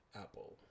Apple